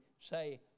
say